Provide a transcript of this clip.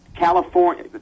California